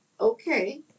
okay